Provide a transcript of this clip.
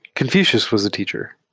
confucius was a teacher,